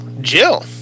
Jill